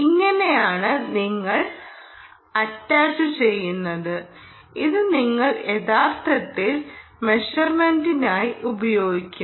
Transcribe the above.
ഇങ്ങനെയാണ് നിങ്ങൾ അറ്റാച്ചുചെയ്യുന്നത് ഇത് നിങ്ങൾ യഥാർത്ഥത്തിൽ മെഷർമെന്റിനായി ഉപയോഗിക്കും